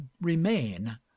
remain